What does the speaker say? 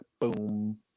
Boom